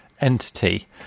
entity